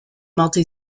multi